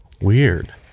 weird